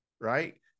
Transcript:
right